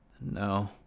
No